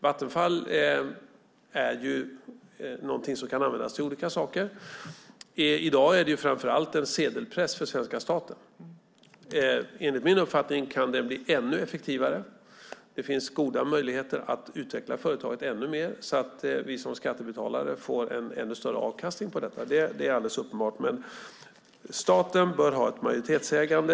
Vattenfall är någonting som kan användas till olika saker. I dag är det framför allt en sedelpress för svenska staten. Enligt min uppfattning kan den bli ännu effektivare. Det finns goda möjligheter att utveckla företaget ännu mer så att vi som skattebetalare får en ännu större avkastning; det är alldeles uppenbart. Men staten bör absolut ha ett majoritetsägande.